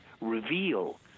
reveal